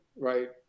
right